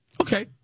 Okay